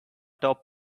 top